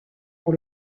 pour